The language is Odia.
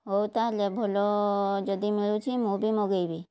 ହଉ ତା'ହେଲେ ଭଲ ଯଦି ମିଳୁଛି ମୁଁ ବି ମଗେଇବି